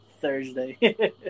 Thursday